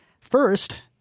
first